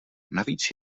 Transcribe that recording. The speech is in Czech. navíc